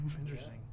Interesting